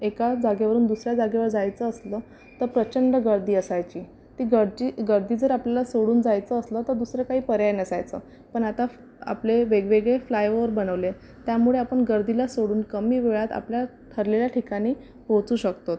एका जागेवरून दुसऱ्या जागेवर जायचं असलं तर प्रचंड गर्दी असायची ती गर्डि गर्दी जर आपल्याला सोडून जायचं असलं तर दुसरा काही पर्याय नसायचं पण आता आपले वेगवेगळे फ्लायओव्हर बनवले त्यामुळे आपण गर्दीला सोडून कमी वेळात आपल्या ठरलेल्या ठिकाणी पोहोचू शकतो